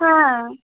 হ্যাঁ